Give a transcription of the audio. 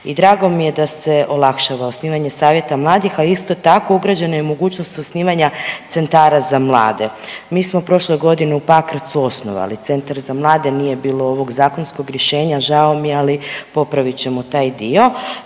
i drago mi je da se olakšava osnivanje savjeta mladih, a isto tako, ugrađeno je mogućnost osnivanja centara za mlade. Mi smo prošle godine u Pakracu osnovali centar za mlade, nije bilo ovog zakonskog rješenja, žao mi je, ali popravit ćemo taj dio